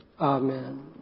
Amen